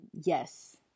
Yes